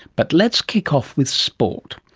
but let's kick off with sport.